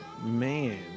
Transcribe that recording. Man